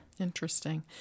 Interesting